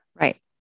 Right